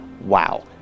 Wow